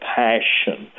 passion